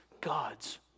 God's